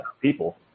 people